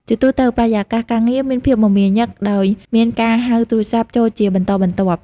ជាទូទៅ បរិយាកាសការងារមានភាពមមាញឹក ដោយមានការហៅទូរស័ព្ទចូលជាបន្តបន្ទាប់។